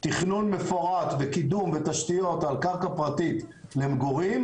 תכנון מפורט וקידום ותשתיות על קרקע פרטית למגורים,